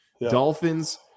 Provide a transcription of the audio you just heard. Dolphins